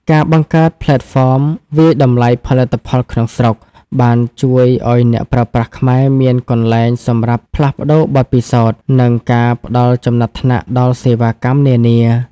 ការបង្កើតផ្លេតហ្វមវាយតម្លៃផលិតផលក្នុងស្រុក បានជួយឱ្យអ្នកប្រើប្រាស់ខ្មែរមានកន្លែងសម្រាប់ផ្លាស់ប្តូរបទពិសោធន៍ និងការផ្តល់ចំណាត់ថ្នាក់ដល់សេវាកម្មនានា។